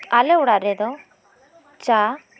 ᱟᱞᱮ ᱚᱲᱟᱜ ᱨᱮᱫᱚ ᱪᱟ